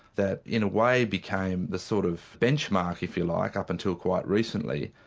that in a way became the sort of benchmark, if you like, up until quite recently,